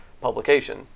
publication